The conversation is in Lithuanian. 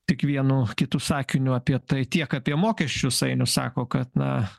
tik vienu kitu sakiniu apie tai tiek apie mokesčius ainius sako kad na